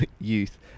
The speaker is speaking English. youth